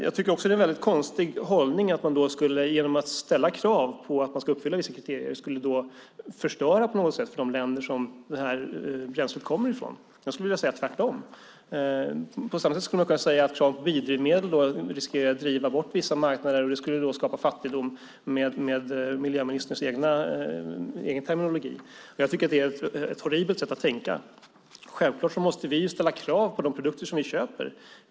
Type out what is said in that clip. Jag tycker också att det är en konstig hållning att man genom att ställa krav på att vissa kriterier ska uppfyllas på något sätt skulle förstöra för de länder som detta bränsle kommer ifrån. Jag skulle vilja säga att det är tvärtom. På samma sätt skulle vi kunna säga att krav på biodrivmedel riskerar att driva bort vissa marknader, och det skulle med miljöministerns egen terminologi skapa fattigdom. Jag tycker att det är ett horribelt sätt att tänka. Självklart måste vi ställa krav på de produkter vi köper.